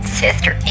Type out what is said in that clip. sister